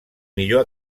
millor